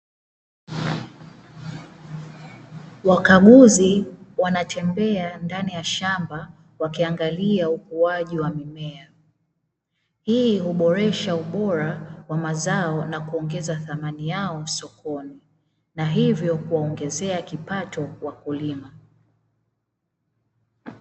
wakaguzi wanatembea ndani ya shamba wakiangalia ukuaji wa mimea, hii huboresha ubora wa mazao na kuongeza thamani yao sokoni na hivyo kuwaongezea kipato wakulima.